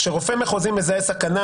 כשרופא מחוזי מזהה סכנה,